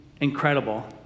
incredible